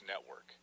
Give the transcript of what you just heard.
Network